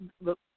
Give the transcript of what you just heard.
Look